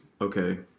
Okay